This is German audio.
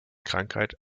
krankheit